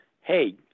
hey